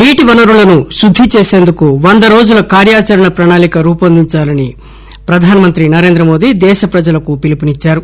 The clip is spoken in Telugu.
నీటి వనరులను శుద్ది చేసేందుకు వంద రోజుల కార్యాచరణ ప్రణాళిక రూపొందించాలని ప్రధానమంత్రి నరేంద్ర మోదీ దేశ ప్రజలకు పిలుపునిచ్చారు